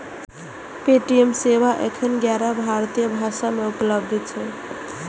Paytm सेवा एखन ग्यारह भारतीय भाषा मे उपलब्ध छै